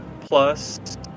plus